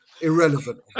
Irrelevant